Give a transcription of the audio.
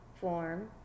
form